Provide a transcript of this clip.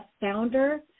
founder